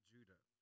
Judah